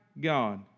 God